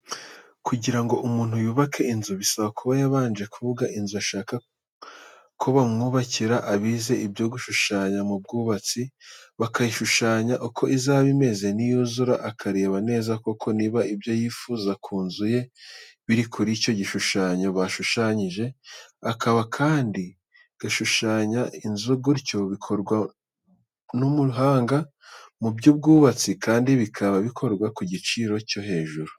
Kugira ngo umuntu yubake inzu bisaba kuba yabanje kuvuga inzu ashaka ko bamwubakira abize ibyo gushushanya mu bwubatsi, bakayishushanya uko izaba imeze niyuzura, akareba neza koko niba ibyo yifuza ku nzu ye biri kuri icyo gishushanyo bashushanyije. Akaba kandi gushushanya inzu gutyo bikorwa n'umuhanga mu by'ubwubatsi kandi bikaba bikorwa ku giciro cyo hejuru.